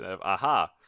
AHA